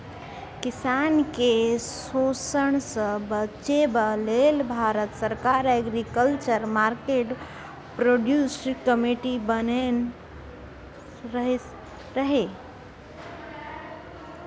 किसान केँ शोषणसँ बचेबा लेल भारत सरकार एग्रीकल्चर मार्केट प्रोड्यूस कमिटी बनेने रहय